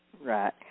Right